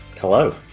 Hello